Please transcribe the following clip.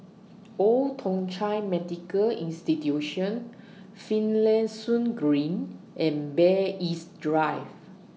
Old Thong Chai Medical Institution Finlayson Green and Bay East Drive